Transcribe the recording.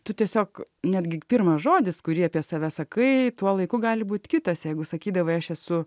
tu tiesiog netgi pirmas žodis kurį apie save sakai tuo laiku gali būt kitas jeigu sakydavai aš esu